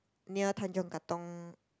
near Tanjong-Katong